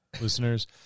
listeners